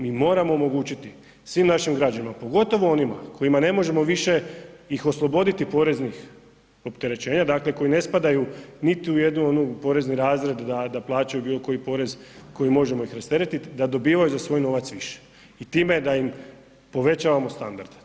Mi moramo omogućiti svim našim građanima, pogotovo onima koje ne možemo više osloboditi poreznih opterećenja, koji ne spadaju niti u jedan onaj porezni razred da plaćaju bilo koji porez kojeg ih možemo rasteretit da dobivaju za svoj novac više i time da im povećavamo standard.